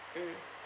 mm